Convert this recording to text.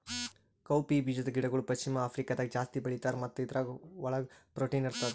cowpea ಬೀಜದ ಗಿಡಗೊಳ್ ಪಶ್ಚಿಮ ಆಫ್ರಿಕಾದಾಗ್ ಜಾಸ್ತಿ ಬೆಳೀತಾರ್ ಮತ್ತ ಇದುರ್ ಒಳಗ್ ಪ್ರೊಟೀನ್ ಇರ್ತದ